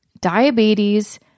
diabetes